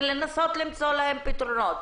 ולנסות למצוא להן פתרונות.